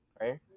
Right